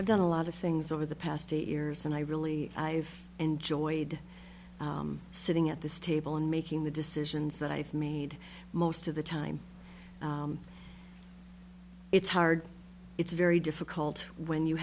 i've done a lot of things over the past eight years and i really enjoyed sitting at this table and making the decisions that i've made most of the time it's hard it's very difficult when you